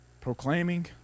proclaiming